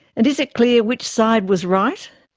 and is it clear which side was right?